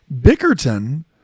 Bickerton